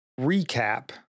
recap